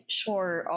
sure